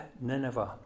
Nineveh